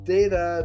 Data